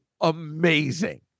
amazing